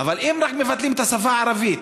אבל אם רק מבטלים את השפה הערבית,